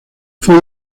fue